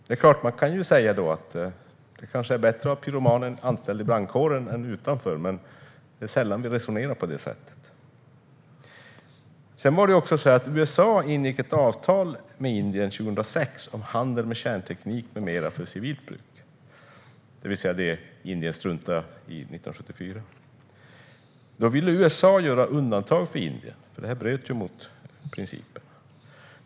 Man kan kanske säga att det är bättre att ha pyromanen anställd i brandkåren än utanför, men det är sällan vi resonerar på det sättet. År 2006 ingick USA ett avtal med Indien om handel med kärnteknik med mera för civilt bruk, det vill säga det Indien struntade i 1974. Då ville USA göra undantag för Indien, för detta bröt ju mot principen.